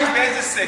הקשישים באיזה סקטור?